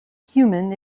human